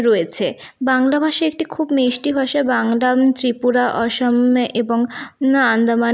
রয়েছে বাংলা ভাষা একটি খুব মিষ্টি ভাষা বাংলা ত্রিপুরা অসম এবং না আন্দামান